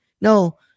no